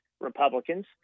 Republicans